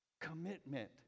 commitment